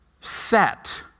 Set